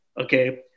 Okay